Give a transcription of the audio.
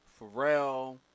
Pharrell